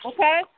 Okay